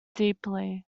deeply